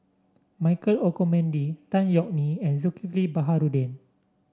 Michael Olcomendy Tan Yeok Nee and Zulkifli Baharudin